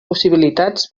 possibilitats